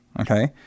Okay